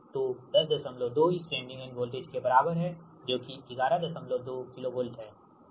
तो 102 इस sending end voltage के बराबर है जो की 112 KV हैठीक